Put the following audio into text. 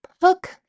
hook